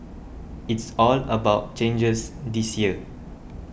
it's all about changes this year